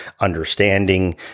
understanding